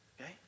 Okay